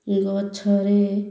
ଗଛରେ